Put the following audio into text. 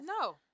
No